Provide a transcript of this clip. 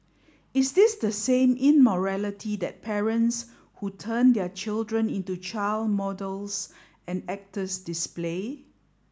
is this the same immorality that parents who turn their children into child models and actors display